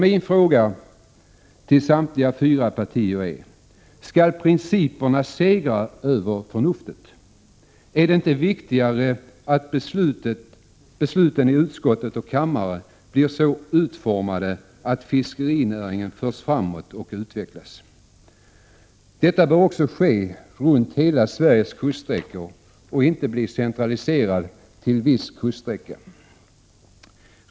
Min fråga till samtliga fyra partier är: Skall principerna segra över förnuftet? Är det inte viktigare att besluten i utskott och kammare blir så utformade att fiskerinäringen förs framåt och utvecklas? Detta bör också ske runt hela Sveriges kuststräckor och inte bli centraliserat till viss kusträcka.